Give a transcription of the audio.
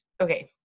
Okay